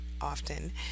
often